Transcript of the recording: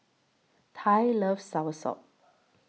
Ty loves Soursop